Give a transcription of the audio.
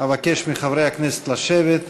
אבקש מחברי הכנסת לשבת.